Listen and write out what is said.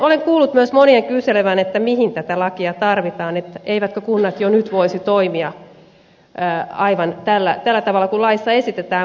olen kuullut myös monien kyselevän mihin tätä lakia tarvitaan eivätkö kunnat jo nyt voisi toimia tällä tavalla kuin laissa esitetään